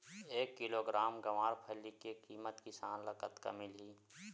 एक किलोग्राम गवारफली के किमत किसान ल कतका मिलही?